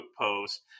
post